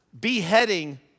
beheading